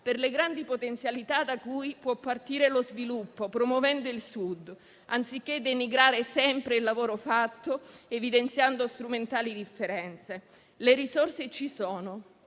per le grandi potenzialità da cui può partire lo sviluppo, promuovendo il Sud, anziché denigrando sempre il lavoro fatto, evidenziando strumentali differenze. Le risorse ci sono